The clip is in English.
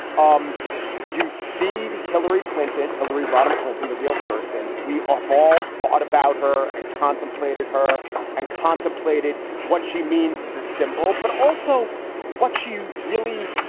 um you see the hillary clinton, hillary rodham clinton, the real person. we all thought about her and contemplated her and contemplated what she means as a symbol, but also what she really,